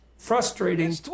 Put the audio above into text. Frustrating